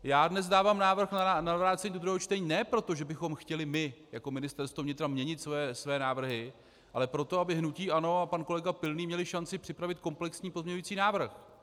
Já dnes dávám návrh na vrácení do druhého čtení ne proto, že bychom chtěli my jako Ministerstvo vnitra měnit své návrhy, ale proto, aby hnutí ANO a pan kolega Pilný měli šanci připravit komplexní pozměňující návrh.